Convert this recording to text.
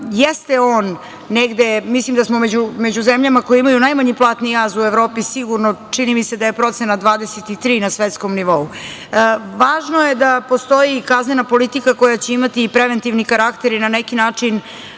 Jeste on negde, mislim da smo među zemljama koje imaju najmanji platni jaz u Evropi sigurno, čini mi se da je procenat 23 na svetskom nivou. Važno je da postoji i kaznena politika koja će imati i preventivni karakter i na neki način